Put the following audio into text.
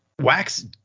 Wax